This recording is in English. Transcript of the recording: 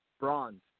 Bronze